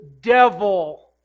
devil